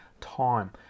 time